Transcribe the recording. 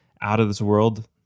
out-of-this-world